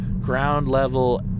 ground-level